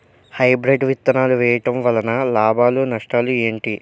Hybrid విత్తనాలు వేయటం వలన లాభాలు నష్టాలు ఏంటి?